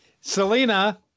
Selena